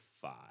five